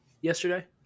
yesterday